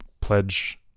pledge